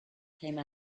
came